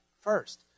first